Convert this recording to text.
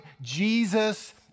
Jesus